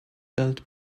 built